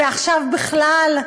ועכשיו בכלל,